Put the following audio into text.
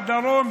בדרום,